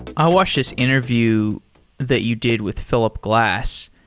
i watched this interview that you did with philip glass,